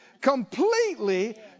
completely